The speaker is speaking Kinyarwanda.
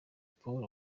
paul